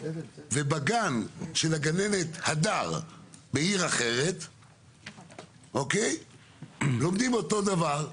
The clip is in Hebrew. ובגן של הגננת הדר בעיר אחרת לומדים אותו דבר,